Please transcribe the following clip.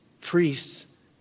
Priests